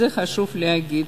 את זה חשוב להגיד.